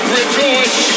rejoice